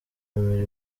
emery